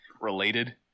related